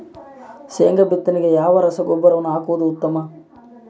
ಶೇಂಗಾ ಬಿತ್ತನೆಗೆ ಯಾವ ರಸಗೊಬ್ಬರವನ್ನು ಹಾಕುವುದು ಉತ್ತಮ?